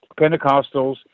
Pentecostals